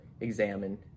examine